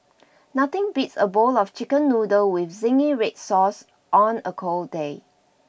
nothing beats a bowl of chicken noodles with Zingy Red Sauce on a cold day